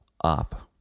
up